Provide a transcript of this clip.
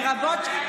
לא שומעים.